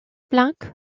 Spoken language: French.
planck